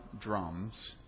drums